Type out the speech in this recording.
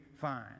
fine